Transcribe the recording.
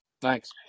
Thanks